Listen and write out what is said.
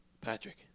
Patrick